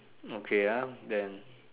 okay ah then